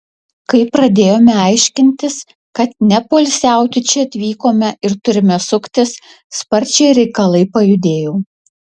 kai pradėjome aiškintis kad nepoilsiauti čia atvykome ir turime suktis sparčiai reikalai pajudėjo